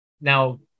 now